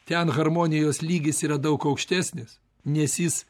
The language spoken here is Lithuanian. ten harmonijos lygis yra daug aukštesnis nes jis